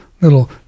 little